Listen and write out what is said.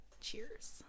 Cheers